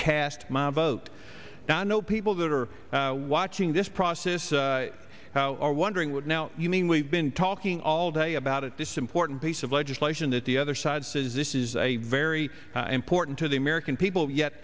cast my vote now i know people that are watching this process are wondering what now you mean we've been talking all day about it this important piece of legislation that the other side says this is a very important to the american people yet